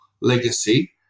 legacy